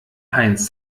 heinz